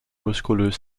muskulös